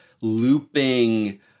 looping